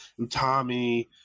Utami